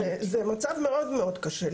זה מצב מאוד קשה.